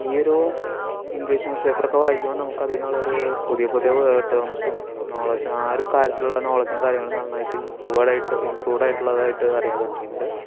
ഈ ഒരു English news പേപ്പറൊക്കെ വായിക്കുമ്പോൾ നമുക്ക് അതിന്നുള്ളൊരു പുതിയ പുതിയ വേർഡ് ടേമ്സും നോളേജും ആ ഒരു കാര്യത്തിലുള്ള നോളേജും കാര്യങ്ങളും നന്നായിട്ട് ഇമ്പ്രൂവ്ഡ് ആയിട്ട് ഇമ്പ്രൂവ്ഡ് ആയിട്ടുള്ളതായിട്ട് അറിയാൻ പറ്റിയിട്ടുണ്ട്